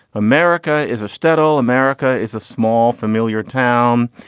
america is a shtetl. america is a small, familiar town.